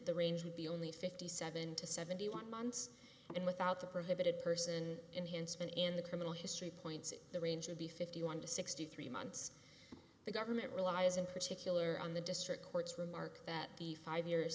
the range would be only fifty seven to seventy one months and without the prohibited person in hanson in the criminal history points in the range of the fifty one to sixty three months the government relies in particular on the district court's remark that the five years